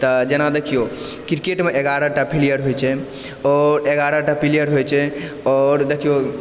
तऽ जेना देखियौ क्रिकेटमे एगारहटा पिलियर होइ छै ओ एगारहटा पिलियर होइ छै आओर देखियौ